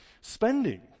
spending